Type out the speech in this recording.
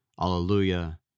Alleluia